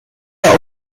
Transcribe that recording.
der